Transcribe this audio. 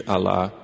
Allah